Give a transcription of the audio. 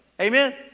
Amen